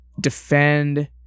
defend